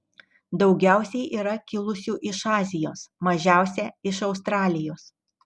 daugiausiai yra kilusių iš azijos mažiausia iš australijos